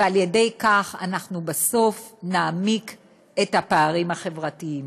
ועל ידי כך אנחנו בסוף נעמיק את הפערים החברתיים.